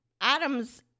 Adam's